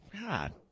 God